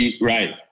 Right